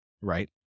right